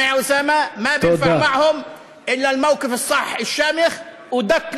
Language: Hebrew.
ולכן, (אומר דברים בשפה הערבית, להלן תרגומם: